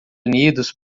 unidos